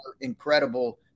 incredible